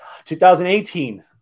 2018